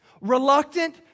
reluctant